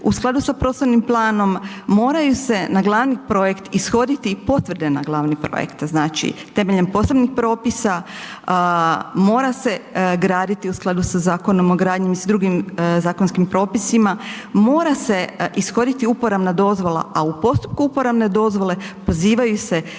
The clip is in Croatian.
u skladu sa prostornim planom, moraju se na glavni projekt ishoditi i potvrde na glavni projekt. Znači, temeljem posebnih propisa mora se graditi u skladu sa Zakonom o gradnji i sa drugim zakonskim propisima, mora se ishoditi uporabna dozvola, a u postupku uporabne dozvole pozivaju se